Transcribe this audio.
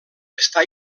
està